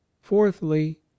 fourthly